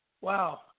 wow